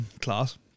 Class